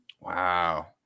Wow